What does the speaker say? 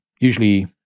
Usually